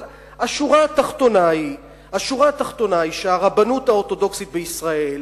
אבל השורה התחתונה היא שהרבנות האורתודוקסית בישראל,